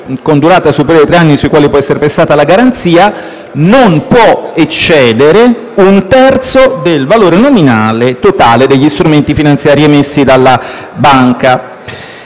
con durata superiore ai tre anni sui quali può essere prestata la garanzia non può eccedere un terzo del valore nominale totale degli strumenti finanziari emessi dalla banca.